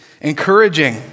encouraging